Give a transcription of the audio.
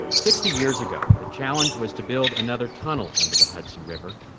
sixty years ago, the challenge was to build another tunnel under the hudson river.